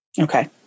Okay